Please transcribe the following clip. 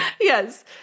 Yes